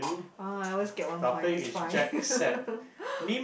[huh] I always get one point it's fine